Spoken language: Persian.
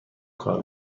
کار